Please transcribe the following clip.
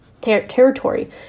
territory